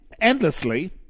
endlessly